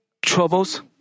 Troubles